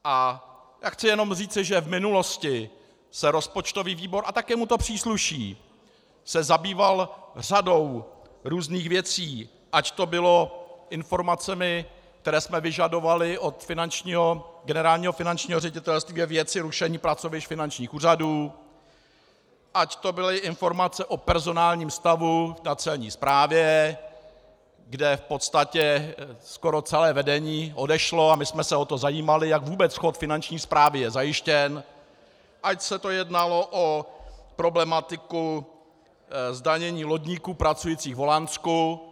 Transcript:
A chci jenom říci, že v minulosti se rozpočtový výbor, a také mu to přísluší, zabýval řadou různých věcí, ať to bylo informacemi, které jsme vyžadovali od Generálního finančního ředitelství ve věci rušení pracovišť finančních úřadů, ať to byly informace o personálním stavu na Celní správě, kde v podstatě skoro celé vedení odešlo, a my jsme se o to zajímali, jak vůbec chod Finanční správy je zajištěn, ať se jednalo o problematiku zdanění lodníků pracujících v Holandsku.